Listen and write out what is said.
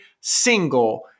single